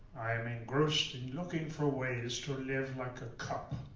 i am engrossed in looking for ways to live like a cup.